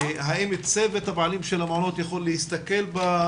האם צוות המפעילים של המעונות יכולים להסתכל ב